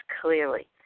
clearly